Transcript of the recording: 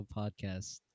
podcast